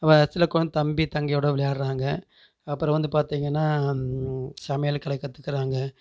வா சில குழந் தம்பி தங்கையோடு விளையாடுகிறாங்க அப்புறம் வந்து பார்த்தீங்கன்னா சமையல் கலை கற்றுக்கறாங்க